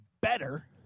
better